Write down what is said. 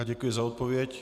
Děkuji za odpověď.